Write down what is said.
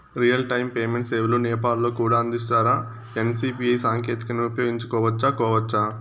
Real time payment సేవలు నేపాల్ లో కూడా అందిస్తారా? ఎన్.సి.పి.ఐ సాంకేతికతను ఉపయోగించుకోవచ్చా కోవచ్చా?